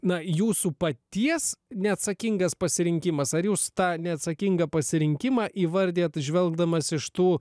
na jūsų paties neatsakingas pasirinkimas ar jūs tą neatsakingą pasirinkimą įvardijat žvelgdamas iš tų